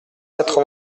quatre